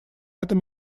этом